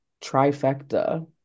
trifecta